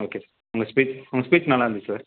okay sir உங்கள் speech உங்கள் speech நல்லாயிருந்துச்சி சார்